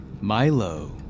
Milo